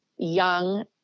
young